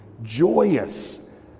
joyous